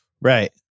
Right